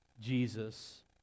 Jesus